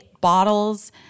bottles